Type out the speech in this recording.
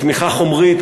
בתמיכה חומרית,